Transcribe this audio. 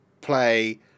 play